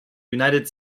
united